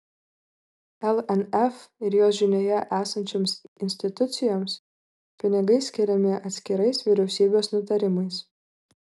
lnf ir jos žinioje esančioms institucijoms pinigai skiriami atskirais vyriausybės nutarimais